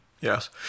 Yes